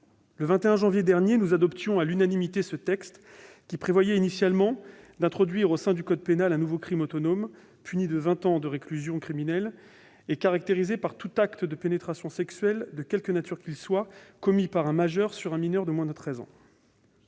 Le 21 janvier dernier, nous adoptions à l'unanimité ce texte, qui prévoyait initialement d'introduire au sein du code pénal un nouveau crime autonome, puni de vingt ans de réclusion criminelle et caractérisé par « tout acte de pénétration sexuelle, de quelque nature qu'il soit [...], commis par une personne majeure sur un mineur de 13 ans